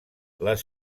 les